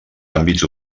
àmbits